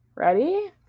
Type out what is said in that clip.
Ready